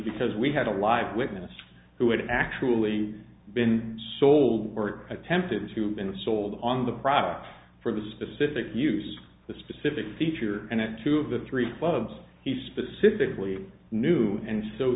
because we had a live witness who had actually been sold or attempted to been sold on the product for the specific use the specific feature and at two of the three clubs he specifically knew and so